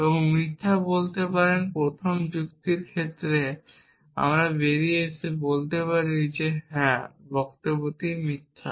এবং মিথ্যা বলতে পারেন প্রথম যুক্তির ক্ষেত্রে আমরা বেরিয়ে এসে বলতে পারি না যে হ্যাঁ বক্তব্যটি মিথ্যা